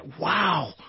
wow